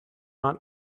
not